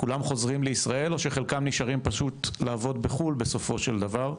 כולם חוזרים לישראל או שחלקם נשארים פשוט לעבוד בחו"ל בסופו של דבר,